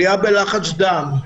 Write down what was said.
עלייה בלחץ דם,